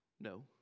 No